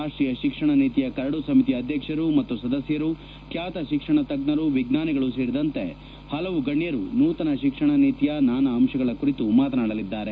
ರಾಷ್ಟೀಯ ಶಿಕ್ಷಣ ನೀತಿಯ ಕರಡು ಸಮಿತಿಯ ಅಧ್ಯಕ್ಷರು ಮತ್ತು ಸದಸ್ಯರು ಖ್ಯಾತ ಶಿಕ್ಷಣ ತಜ್ಞರು ವಿಜ್ಞಾನಿಗಳು ಸೇರಿದಂತೆ ಹಲವು ಗಣ್ಯರು ನೂತನ ಶಿಕ್ಷಣ ನೀತಿಯ ನಾನಾ ಅಂಶಗಳ ಕುರಿತು ಮಾತನಾಡಲಿದ್ದಾರೆ